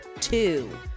two